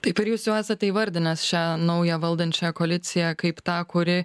taip ir jūs jau esate įvardinęs šią naują valdančią koaliciją kaip tą kuri